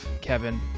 Kevin